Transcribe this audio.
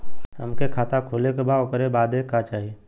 हमके खाता खोले के बा ओकरे बादे का चाही?